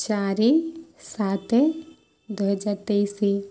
ଚାରି ସାତ ଦୁଇ ହଜାର ତେଇଶ